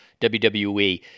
WWE